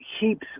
heaps